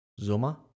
Zuma